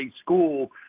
school